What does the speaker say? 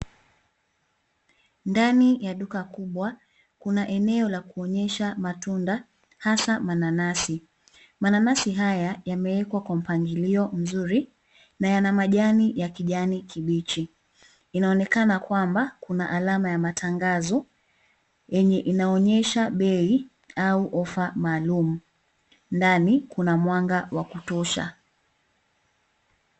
Ndani ya duka kubwa kuna eneo la kuonyesha matunda hasa mananasi. Mananasi haya yamewekwa kwa mpangalio mzuri na yana majani ya kijani kibichi. Inaonekana kwamba kuna alama ya matangazo yenye inaonyesha bei au offer maalum. Ndani kuna mwanga wa kutosha.